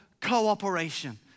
cooperation